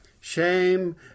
Shame